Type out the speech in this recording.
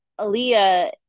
Aaliyah